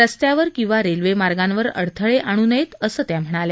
रस्त्यावर किंवा रेल्वेमार्गांवर अडथळे आणू नयेत असं त्या म्हणाल्या